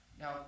Now